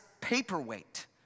paperweight